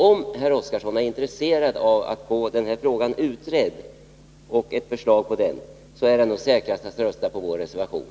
Om herr Oskarson är intresserad av att få denna fråga utredd och av ett förslag i det här avseendet, är det säkrast att han röstar för vår reservation.